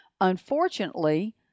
Unfortunately